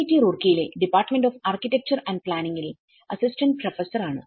T Roorkee യിലെ department of architecture and planning ലെ assistant professor ആണ്